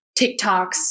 TikToks